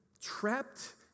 trapped